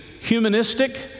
humanistic